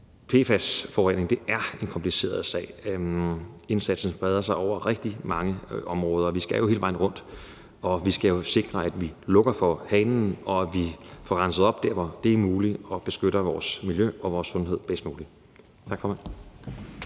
PFAS-forurening er en kompliceret sag. Indsatsen breder sig over rigtig mange områder. Vi skal jo hele vejen rundt, og vi skal sikre, at vi lukker for hanen, og at vi får renset op der, hvor det er muligt, og beskytter vores miljø og vores sundhed bedst muligt. Tak, formand.